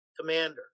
commander